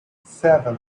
seven